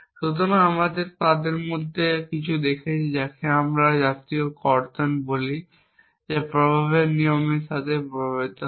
সুতরাং আমরা তাদের মধ্যে কিছু দেখেছি যাকে আমরা জাতীয় কর্তন বলি যা প্রভাবের নিয়মের সাথে প্রবাহিত হয়